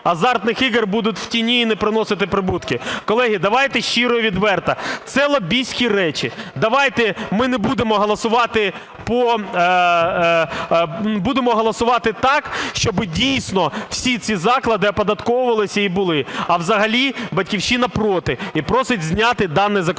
азартних ігор будуть в тіні і не приносити прибутки. Колеги, давайте щиро і відверто, це лобістські речі. Давайте ми будемо голосувати так, щоб, дійсно, всі ці заклади оподатковувалися і були. А взагалі "Батьківщина" – проти і просить зняти даний законопроект.